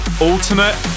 Ultimate